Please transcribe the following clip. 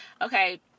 Okay